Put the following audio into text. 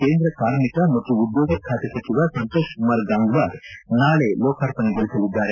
ಕೇಂದ್ರ ಕಾರ್ಮಿಕ ಮತ್ತು ಉದ್ಯೋಗ ಖಾತೆ ಸಚಿವ ಸಂತೋಷ್ ಕುಮಾರ್ ಗಂಗ್ವಾರ್ ನಾಳೆ ಲೋಕಾರ್ಪಣೆಗೊಳಿಸಲಿದ್ದಾರೆ